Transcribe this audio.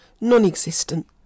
non-existent